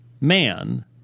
man